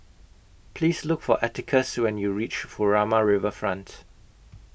Please Look For Atticus when YOU REACH Furama Riverfront